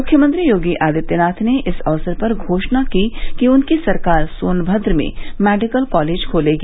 मुख्यमंत्री योगी आदित्यनाथ ने इस अवसर पर घोषणा की कि उनकी सरकार सोनभद्र में मेडिकल कॉलेज खोलेगी